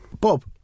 Bob